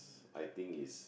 I think it's